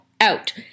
Out